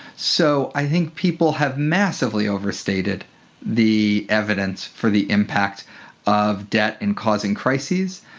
so i think people have massively overstated the evidence for the impact of debt in causing crises,